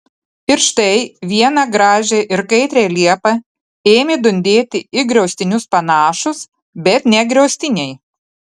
ir štai vieną gražią ir kaitrią liepą ėmė dundėti į griaustinius panašūs bet ne griaustiniai